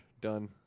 Done